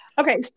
Okay